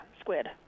squid